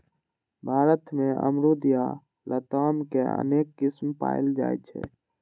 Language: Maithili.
भारत मे अमरूद या लताम के अनेक किस्म पाएल जाइ छै